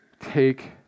take